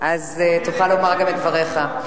ואז תוכל לומר גם את דבריך.